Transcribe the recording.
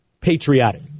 patriotic